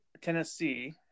Tennessee